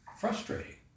Frustrating